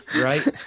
right